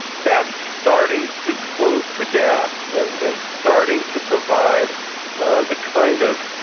that's starting to close the gap and and starting to provide the kind of,